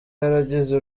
yaragize